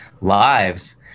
lives